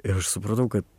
ir aš supratau kad